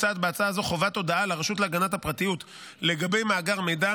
מוצעת בהצעה זו הודעה לרשות להגנת הפרטיות לגבי מאגר מידע